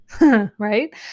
right